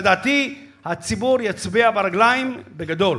לדעתי הציבור יצביע ברגליים בגדול.